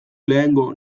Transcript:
lehengo